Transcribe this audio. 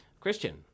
Christian